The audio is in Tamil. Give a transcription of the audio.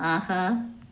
ஆஹா